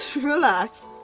relax